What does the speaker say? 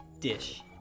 dish